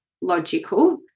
logical